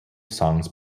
songs